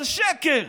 זה שקר.